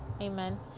Amen